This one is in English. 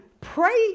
pray